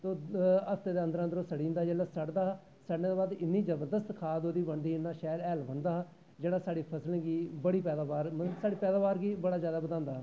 हफ्ते दे अन्दर अन्दर सड़ी जंदा ते जिसलै सड़ी जंदा ओह्दे बाद इन्नी खतरनाक खाद ओह्दी बनदी ही इन्ना सैल हैल बनदा हा जेह्ड़ा साढ़ी फसलें गी साढ़ी पैदावार गी बधांदा हा